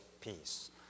peace